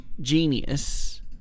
genius